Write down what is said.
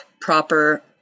proper